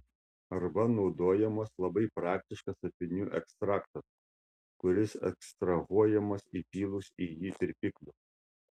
arba naudojamas labai praktiškas apynių ekstraktas kuris ekstrahuojamas įpylus į jį tirpiklių